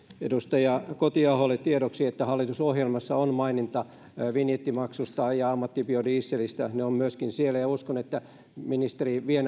edustaja kotiaholle tiedoksi että hallitusohjelmassa on maininta vinjettimaksusta ja ammattibiodieselistä ne ovat myöskin siellä ja uskon että ministeri vie